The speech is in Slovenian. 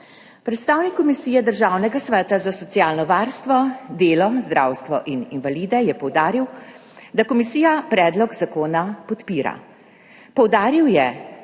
Predstavnik Komisije Državnega sveta za socialno varstvo, delo, zdravstvo in invalide je poudaril, da komisija predlog zakona podpira.